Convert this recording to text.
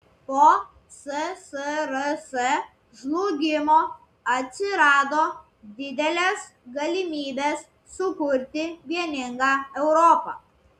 po ssrs žlugimo atsirado didelės galimybės sukurti vieningą europą